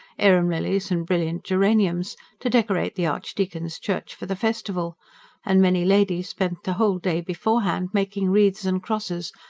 arum-lilies and brilliant geraniums, to decorate the archdeacon's church for the festival and many ladies spent the whole day beforehand making wreaths and crosses,